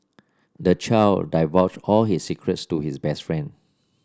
the child divulged all his secrets to his best friend